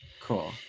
Cool